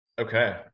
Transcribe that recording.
Okay